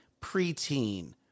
preteen